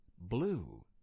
blue